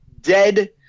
dead